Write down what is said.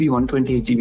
128GB